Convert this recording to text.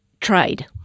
trade